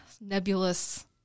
nebulous